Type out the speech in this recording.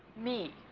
me